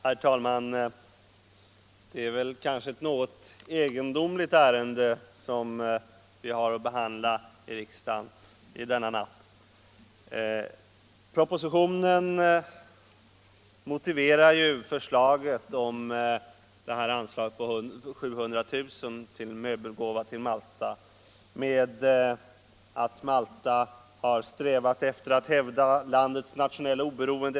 Herr talman! Det är kanske ett något egendomligt ärende vi har att behandla i riksdagen denna natt. Propositionen motiverar förslaget om det här anslaget på 700 000 kr. till en möbelgåva till Malta med att Malta har strävat efter att hävda landets nationella oberoende.